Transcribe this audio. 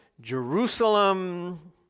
Jerusalem